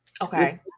Okay